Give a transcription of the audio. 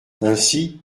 ainsi